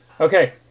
Okay